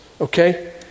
okay